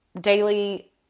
daily